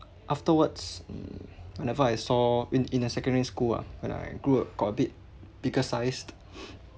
afterwards whenever I saw in in the secondary school ah when I grew up quite a bit bigger sized